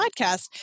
Podcast